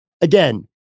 Again